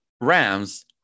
Rams